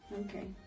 Okay